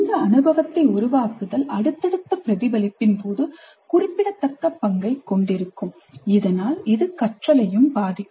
இந்த 'அனுபவத்தை உருவாக்குதல்' அடுத்தடுத்த பிரதிபலிப்பின் போது குறிப்பிடத்தக்க பங்கைக் கொண்டிருக்கும் இதனால் இது கற்றலையும் பாதிக்கும்